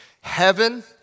heaven